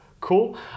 cool